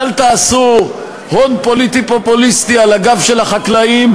אז אל תעשו הון פוליטי פופוליסטי על הגב של החקלאים,